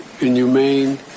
inhumane